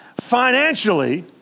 financially